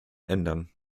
ändern